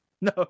No